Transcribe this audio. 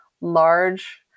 large